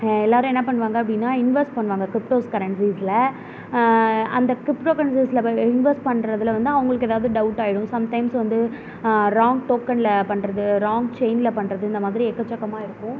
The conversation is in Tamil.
எல்லாரும் என்ன பண்ணுவாங்க அப்படினா இன்வஸ்ட் பண்ணுவாங்க கிரிப்டோ கரன்சிஸில் அந்த கிரிப்டோ கரன்சிஸில் இன்வஸ்ட் பண்றதில் வந்து அவங்களுக்கு எதாவது டவுட்டாகிடும் சம்டைம்ஸ் வந்து ராங் டோக்கனில் பண்றது ராங் செயினில் பண்றது இந்த மாதிரி எக்கச்சக்கமாக இருக்கும்